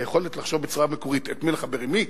היכולת לחשוב בצורה מקורית את מי לחבר עם מי.